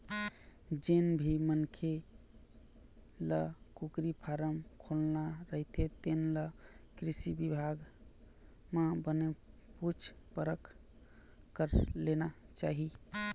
जेन भी मनखे ल कुकरी फारम खोलना रहिथे तेन ल कृषि बिभाग म बने पूछ परख कर लेना चाही